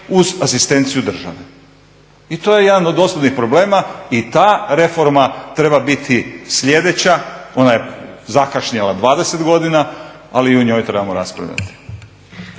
uz asistenciju države. I to je jedan od osnovnih problema i ta reforma treba biti sljedeća, ona je zakašnjela 20 godina, ali i o njoj trebamo raspravljati.